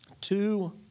Two